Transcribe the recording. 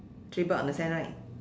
three bird on the sand right